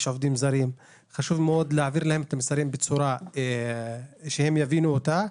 יש עובדים זרים וחשוב מאוד להעביר להם את המסרים בצורה שהם יבינו אותם.